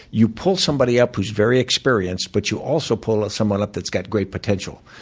you pull somebody up who's very experienced, but you also pull someone up that's got great potential,